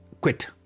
quit